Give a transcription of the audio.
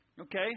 Okay